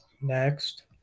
Next